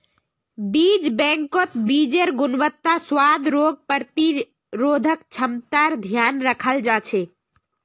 बीज बैंकत बीजेर् गुणवत्ता, स्वाद, रोग प्रतिरोधक क्षमतार ध्यान रखाल जा छे